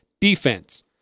defense